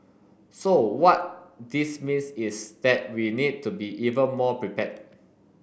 so what this means is that we need to be even more prepared